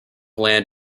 land